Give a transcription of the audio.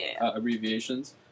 abbreviations